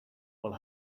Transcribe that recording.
will